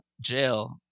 jail